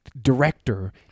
director